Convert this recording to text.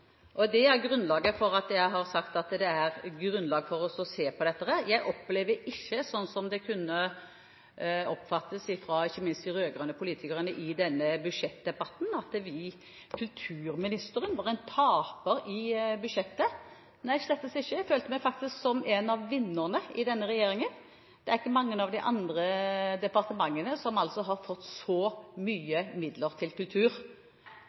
Det er grunnen til at jeg har sagt at det er grunnlag for å se på dette. Jeg opplever ikke, slik som det kunne oppfattes – ikke minst fra de rød-grønne politikerne i budsjettdebatten – at kulturministeren var en taper i budsjettet. Nei, slettes ikke, jeg følte meg faktisk som en av vinnerne i denne regjeringen. Det er ikke mange av de andre departementene som har fått så mye midler som det kultur